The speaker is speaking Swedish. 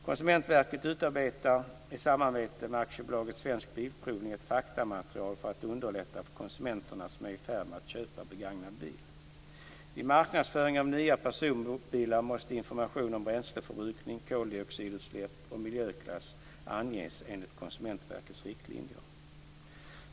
Konsumentverket utarbetar i samarbete med AB Svensk Bilprovning ett faktamaterial för att underlätta för konsumenter som är i färd med att köpa begagnad bil.